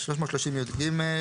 ב-330יג,